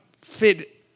fit